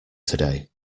today